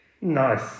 Nice